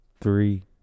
three